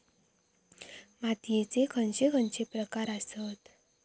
मातीयेचे खैचे खैचे प्रकार आसत?